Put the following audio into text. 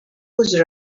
was